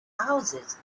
houses